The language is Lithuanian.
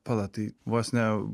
pala tai vos ne